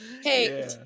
hey